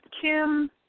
Kim